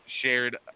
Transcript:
shared